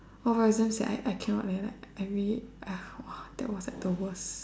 oh no it seems that I I cannot man I I really !wow! that was like the worst